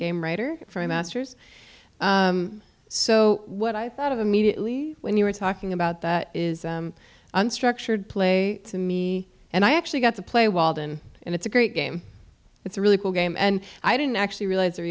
game writer for a master's so what i thought of immediately when you were talking about that is unstructured play to me and i actually got to play walden and it's a great game it's a really cool game and i didn't actually realise